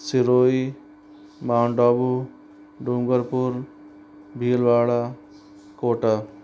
सिरोही माउंट आबू डूंगरपुर भीलबाड़ा कोटा